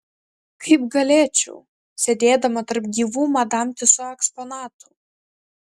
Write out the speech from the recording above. kaip galėčiau sėdėdama tarp gyvų madam tiuso eksponatų